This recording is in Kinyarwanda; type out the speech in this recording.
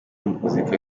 muzika